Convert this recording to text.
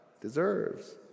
deserves